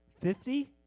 Fifty